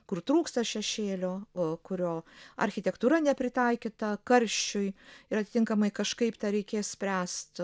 kur trūksta šešėlio kurio architektūra nepritaikyta karščiui ir atitinkamai kažkaip tą reikės spręst